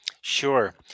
Sure